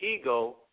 ego